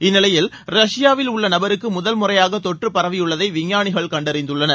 இந்நிலையில் ரஷ்யாவில் உள்ள நபருக்கு முதல்முறையாக தொற்று பரவியுள்ளதை விஞ்ஞானிகள் கண்டறிந்துள்ளனர்